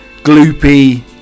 gloopy